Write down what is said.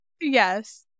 Yes